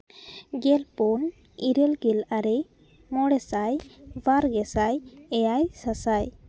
ᱜᱮᱞᱯᱩᱱ ᱤᱨᱟᱹᱞ ᱜᱮᱞ ᱟᱨᱮ ᱢᱚᱬᱮ ᱥᱟᱭ ᱵᱟᱨ ᱜᱮᱥᱟᱭ ᱮᱭᱟᱭ ᱥᱟᱥᱟᱭ